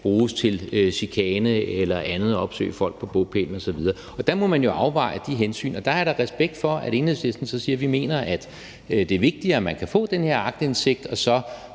bruges til chikane eller andet som at opsøge folk på deres bopæl osv.? Der må man afveje de hensyn, og jeg har da respekt for, at Enhedslisten så siger: Vi mener, at det er vigtigt, at man kan få den her aktindsigt, og så